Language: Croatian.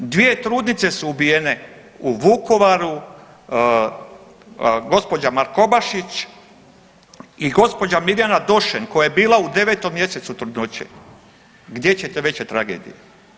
Dvije trudnice su ubijene u Vukovaru, gđa. Markobašić i gđa. Mirjana Došen koja je bila u 9. mjesecu trudnoće, gdje ćete veće tragedije.